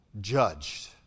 judged